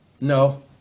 No